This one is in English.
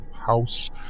house